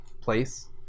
place